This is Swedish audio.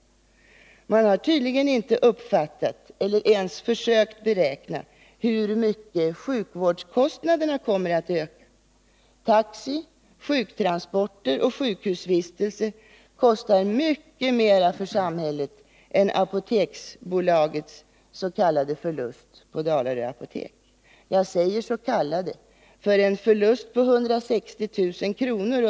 Man har tydligen inte uppfattat, eller ens försökt beräkna, hur mycket sjukvårdskostnaderna kommer att öka. Taxi, sjuktransporter och sjukhusvistelse kostar mycket mera för samhället än Apoteksbolagets s.k. förlust på Dalarö apotek. Jag säger s.k. förlust, för en förlust på 160 000 kr.